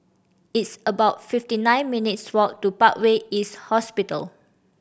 it's about fifty nine minutes' walk to Parkway East Hospital